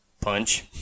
Punch